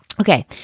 Okay